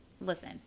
listen